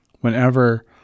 Whenever